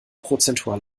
prozentual